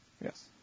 Yes